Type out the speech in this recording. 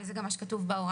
וזה גם מה שכתוב בהוראה,